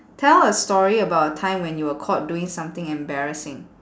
tell a story about a time when you were caught doing something embarrassing